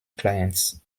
clients